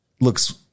looks